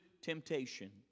temptation